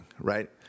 right